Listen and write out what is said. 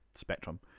spectrum